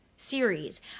series